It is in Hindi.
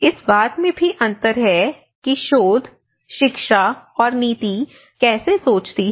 इस बात में भी अन्तर है कि शिक्षा शोध और नीति कैसे सोचती है